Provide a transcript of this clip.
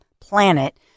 planet